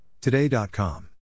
Today.com